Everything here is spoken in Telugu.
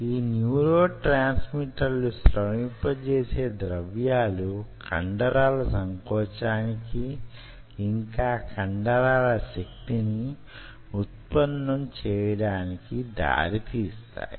ఆ న్యూరోట్రాన్స్మిటర్లు స్రవింపజేసే ద్రవ్యాలు కండరాల సంకోచానికి యింకా కండరాలు శక్తిని వుత్పన్నం చేయడానికి దారి తీస్తాయి